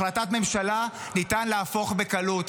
החלטת ממשלה ניתן להפוך בקלות.